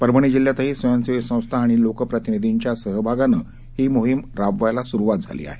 परभणी जिल्ह्यातही स्वयंसेवी संस्था आणि लोकप्रतिनिधीच्या सहभागानं ही मोहिम राबवायला सुरुवात झाली आहे